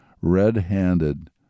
red-handed